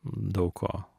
daug ko